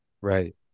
Right